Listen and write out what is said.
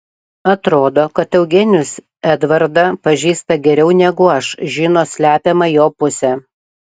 atrodo kad eugenijus edvardą pažįsta geriau negu aš žino slepiamą jo pusę